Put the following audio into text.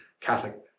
Catholic